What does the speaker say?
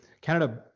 Canada